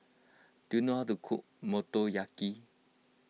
do you know the cook Motoyaki